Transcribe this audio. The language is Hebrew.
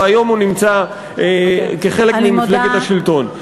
והיום הוא נמצא כחלק ממפלגת השלטון.